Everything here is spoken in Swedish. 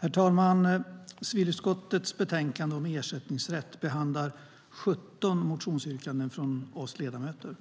Herr talman! Civilutskottets betänkande om ersättningsrätt behandlar 17 motionsyrkanden från oss ledamöter.